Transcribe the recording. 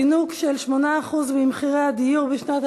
בנושא: זינוק של 8% במחירי הדיור בשנת